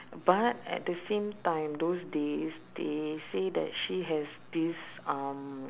but at the same time those days they say that she has this um